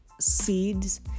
seeds